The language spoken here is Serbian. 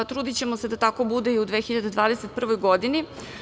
Trudićemo se da tako bude i u 2021. godini.